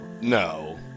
No